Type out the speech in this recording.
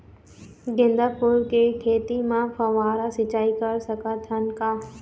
गेंदा फूल के खेती म फव्वारा सिचाई कर सकत हन का?